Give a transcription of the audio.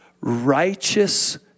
righteous